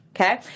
Okay